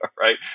right